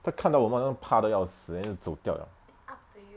他看到我们好像怕得要死 then 走掉 liao